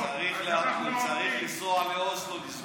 הוא צריך לנסוע לאוסלו לסגור מדינה פלסטינית.